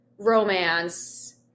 romance